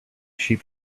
sheep